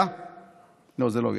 לאה, לא, זה לא היא.